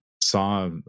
saw